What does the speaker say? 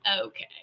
okay